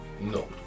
No